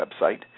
website